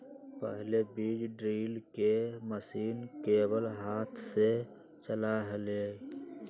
पहले बीज ड्रिल के मशीन केवल हाथ से चला हलय